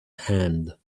hand